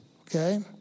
Okay